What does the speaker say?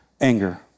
anger